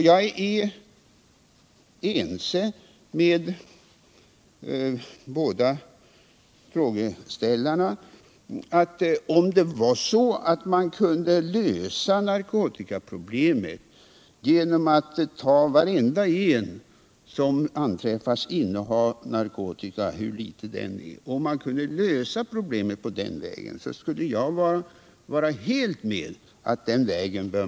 Jag är ense med båda frågeställarna om att om narkotikaproblemet kunde lösas genom att vi tog varenda en som påträffades med innehav av narkotika, hur litet det än är, borde vi gå den vägen.